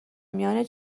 میان